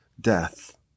death